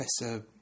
professor